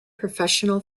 professional